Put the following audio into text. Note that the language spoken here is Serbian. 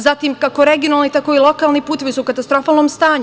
Zatim, kako regionalni, tako i lokalni putevi su u katastrofalnom stanju.